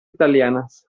italianas